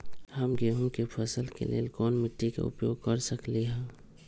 हम गेंहू के फसल के लेल कोन मिट्टी के उपयोग कर सकली ह?